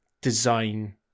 design